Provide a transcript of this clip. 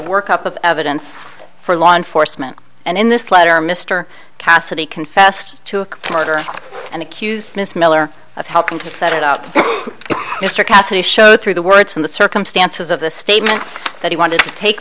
work up of evidence for law enforcement and in this letter mr cassidy confessed to a murder and accused miss miller of helping to set it out mr cassidy showed through the words in the circumstances of the statement that he wanted to take